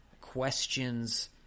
questions